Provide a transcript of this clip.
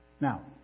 Now